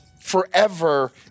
forever